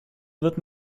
wird